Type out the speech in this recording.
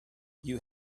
you